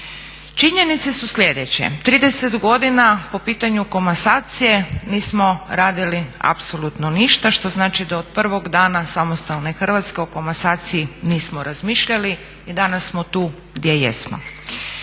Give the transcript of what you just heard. Činjenice su sljedeće. 30 godina po pitanju komasacije nismo radili apsolutno ništa, što znači da od prvog dana samostalne Hrvatske o komasaciji nismo razmišljali i danas smo tu gdje jesmo.